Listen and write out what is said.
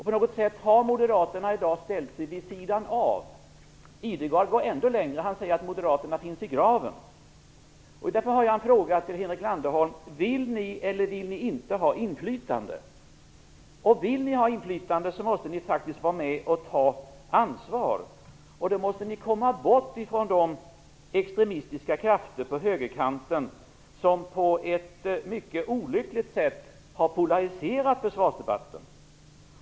På något sätt har Moderaterna i dag ställt sig vid sidan av Idergard går ändå längre. Han säger att Moderaterna finns i graven. Därför har jag en fråga till Henrik Landerholm: Vill ni eller vill ni inte ha inflytande? Vill ni ha inflytande måste ni faktiskt vara med och ta ansvar. Då måste ni komma bort från de extremistiska krafter på högerkanten som på ett mycket olyckligt sätt har polariserat försvarsdebatten.